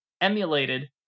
emulated